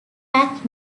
pac